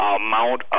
amount